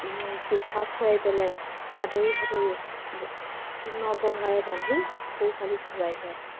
পিঠা খোৱাই পেলাই আদৰি সাদৰি ন পঘাৰে বান্ধি গৰু গোহালিত ভৰাই থোৱা হয়